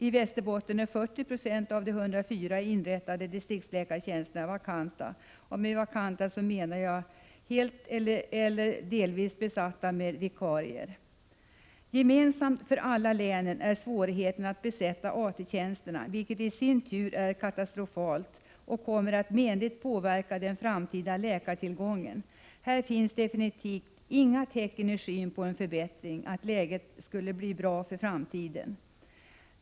I Västerbotten är 40 96 av de 104 inrättade distriktsläkartjänsterna vakanta. Med vakant menar jag en tjänst som helt eller delvis är besatt med vikarie. Gemensamt för alla länen är svårigheten att besätta AT-tjänsterna, vilket i sin tur är katastrofalt och kommer att menligt påverka den framtida läkartillgången. Här finns definitivt inga tecken i skyn på att läget skall bli bra för framtiden.